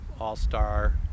all-star